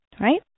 right